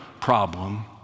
problem